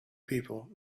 people